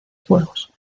juegos